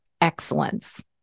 excellence